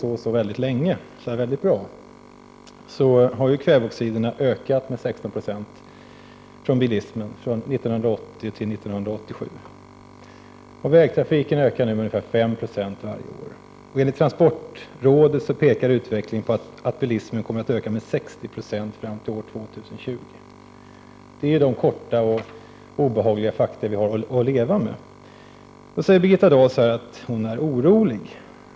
Och trots att det så länge har låtit så bra har kväveoxiderna från bilismen ökat med 16 96 från 1980 till 1987. Vägtrafiken ökar nu med ungefär 5 0 varje år. Enligt transportrådet tyder utvecklingen på att bilismen kommer att öka med 60 96 fram till år 2020. Det är de korta och obehagliga fakta vi har att leva med. Då säger Birgitta Dahl att hon är orolig.